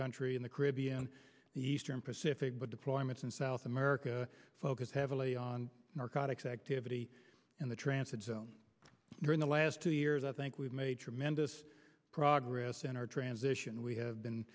country in the caribbean the eastern pacific but deployments in south america focus heavily on narcotics activity in the transit zone during the last two years i think we've made tremendous progress in our transition we have been